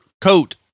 coat